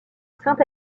saint